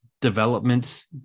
development